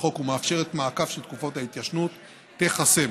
בחוק ומאפשרת מעקף של תקופות ההתיישנות תיחסם.